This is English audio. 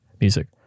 music